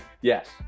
Yes